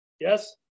Yes